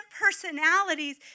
personalities